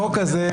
החוק הזה,